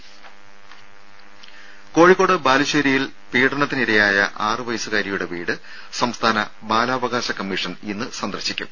രും കോഴിക്കോട് ബാലുശ്ശേരിയിൽ പീഡനത്തിനിരയായ ആറു വയസ്സുകാരിയുടെ വീട് സംസ്ഥാന ബാലാവകാശ കമ്മീഷൻ ഇന്ന് സന്ദർശിക്കും